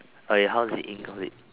okay how is it of it